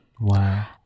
Wow